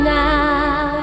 now